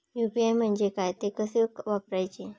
UPI म्हणजे काय, ते कसे वापरायचे?